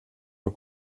vor